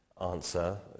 answer